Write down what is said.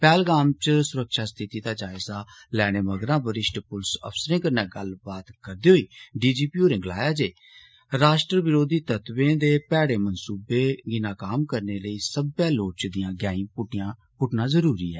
पैहलगाम च सुरक्षा स्थिति दा जायजा लेने मगरा वरिष्ठ पुलस अफसरें कन्नै गल्लबात करदे होई डी जी पी होरें गलाया जे राष्ट्र विरोधी तत्वें दे भेडे मनसूबें नाकामयाब करने लेई सब्बे लोड़चदियां गैंई पुट्टना जरुरी ऐ